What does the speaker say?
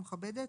ומכבדת,